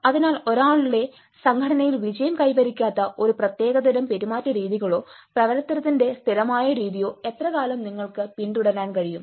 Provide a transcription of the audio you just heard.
അതിനാൽ ഒരാളുടെ സംഘടനയിൽ വിജയം കൈവരിക്കാത്ത ഒരു പ്രത്യേകതരം പെരുമാറ്റരീതികളോ പ്രവർത്തനത്തിന്റെ സ്ഥിരമായ രീതിയോ എത്രകാലം നിങ്ങൾക്ക് പിന്തുടരാൻ കഴിയും